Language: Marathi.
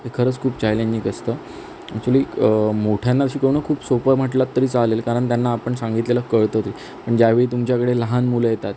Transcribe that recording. हे खरंच खूप चॅलेंजिंग असतं ॲक्च्युली मोठ्याना शिकवणं खूप सोपं म्हटलंत तरी चालेल कारण त्यांना आपण सांगितलेलं कळतं तरी ज्यावेळी तुमच्याकडं लहान मुलं येतात